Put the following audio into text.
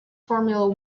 formula